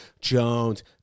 Jones